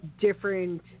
different